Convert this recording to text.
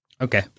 Okay